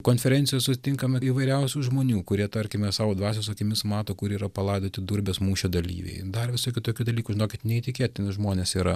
konferencijose sutinkame įvairiausių žmonių kurie tarkime savo dvasios akimis mato kur yra palaidoti durbės mūšio dalyviai dar visokių tokių dalykų žinokit neįtikėtini žmonės yra